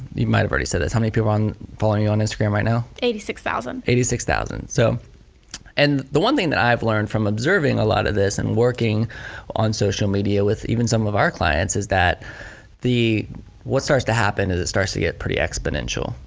you might've already said this, how many people are following you on instagram right now? eighty six thousand. eighty six thousand. so and the one thing that i've learned from observing a lot of this and working on social media with even some of our clients is that what what starts to happen is it starts to get pretty exponential.